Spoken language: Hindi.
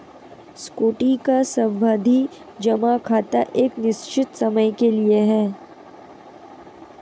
सुकृति का सावधि जमा खाता एक निश्चित समय के लिए है